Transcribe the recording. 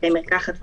בתי מרקחת וכולי,